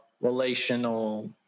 relational